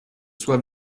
soit